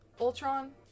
Ultron